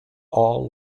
all